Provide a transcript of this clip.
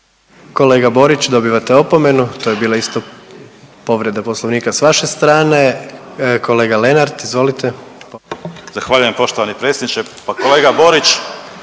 Kolega Borić dobivate opomenu. To je bila isto povreda Poslovnika sa vaše strane. Kolega Lenart, izvolite. **Lenart, Željko (HSS)** Zahvaljujem poštovani predsjedniče. Pa kolega Borić